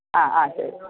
ആ ആ ശരി